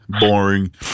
Boring